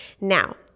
Now